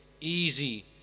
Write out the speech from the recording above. easy